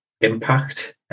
impact